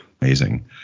Amazing